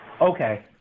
Okay